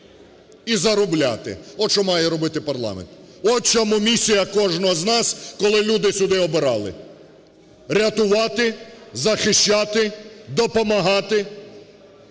і заробляти, от що має робити парламент. От в чому місія кожного з нас, коли люди сюди обирали, рятувати, захищати, допомагати,